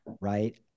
right